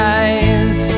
eyes